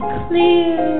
clear